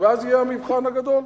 ואז יהיה המבחן הגדול.